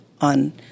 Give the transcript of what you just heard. on